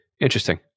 interesting